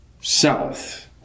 South